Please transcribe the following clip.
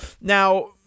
Now